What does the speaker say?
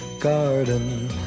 garden